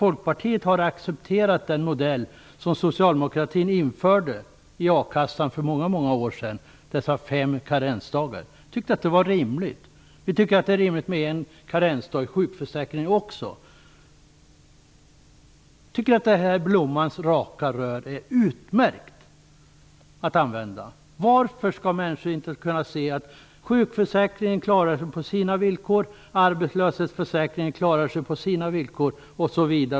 Folkpartiet har accepterat den modell som socialdemokraterna införde i a-kassan för många år sedan, nämligen fem karensdagar. Jag tycker att Leif Blombergs raka inställning är utmärkt. Varför skall inte människor kunna se att sjukförsäkringen klarar sig på sina villkor och arbetslöshetsförsäkringen klarar sig på sina villkor?